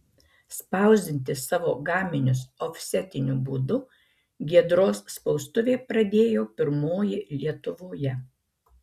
spausdinti savo gaminius ofsetiniu būdu giedros spaustuvė pradėjo pirmoji lietuvoje